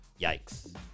yikes